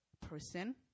person